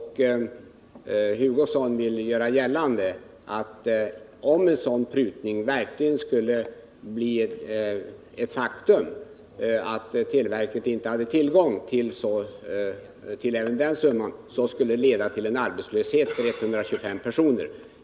Herr Hugosson vill göra gällande att det, om en sådan prutning verkligen skulle genomföras, så att televerket inte skulle få tillgång även till den summan, skulle uppstå arbetslöshet för 125 personer.